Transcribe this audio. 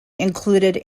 included